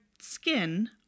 skin